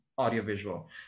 audiovisual